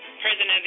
President